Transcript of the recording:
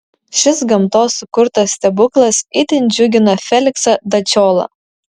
šis gamtos sukurtas stebuklas itin džiugina feliksą dačiolą